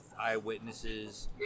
Eyewitnesses